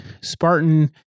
Spartan